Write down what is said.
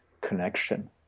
connection